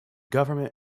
government